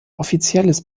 offizielles